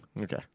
Okay